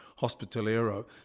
hospitalero